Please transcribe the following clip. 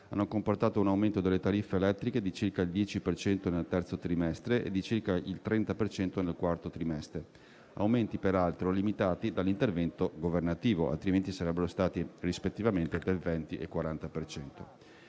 hanno comportato un aumento delle tariffe elettriche di circa il 10 per cento nel terzo trimestre e di circa il 30 per cento nel quarto trimestre, aumenti peraltro limitati dall'intervento governativo (altrimenti sarebbero stati rispettivamente del 20 e del